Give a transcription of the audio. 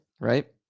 Right